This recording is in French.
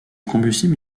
combustible